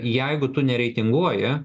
jeigu tu nereitinguoji